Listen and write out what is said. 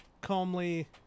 calmly